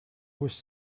was